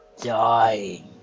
dying